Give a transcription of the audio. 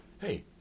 Hey